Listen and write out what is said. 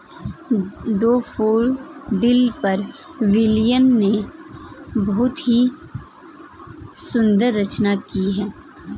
daffodil पर William ने बहुत ही सुंदर रचना की है